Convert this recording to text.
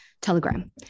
Telegram